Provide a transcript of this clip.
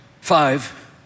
Five